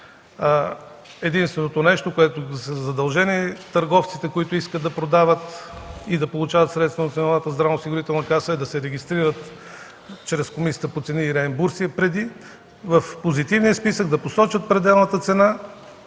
Единственото нещо, за което са задължени търговците, които искат да продават и да получават средства от Националната здравноосигурителна каса, е да се регистрират чрез Комисията по цени и реимбурсия – преди да посочат пределната цена